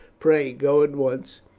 pray, go at once.